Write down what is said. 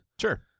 Sure